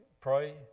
pray